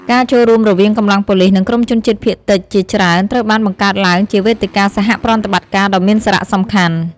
ការចូលរួមរវាងកម្លាំងប៉ូលិស និងក្រុមជនជាតិភាគតិចជាច្រើន ត្រូវបានបង្កើតឡើងជាវេទិកាសហប្រតិបត្តិការដ៏មានសារៈសំខាន់។